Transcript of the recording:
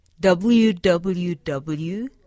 www